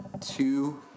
two